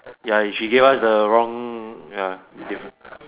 ya she gave us the wrong ya